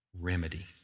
remedy